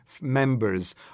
members